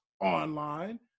online